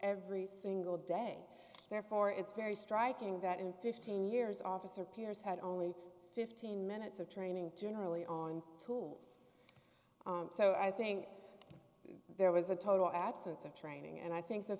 every single day therefore it's very striking that in fifteen years officer pierce had only fifteen minutes of training generally on tools so i think there was a total absence of training and i think the